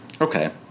Okay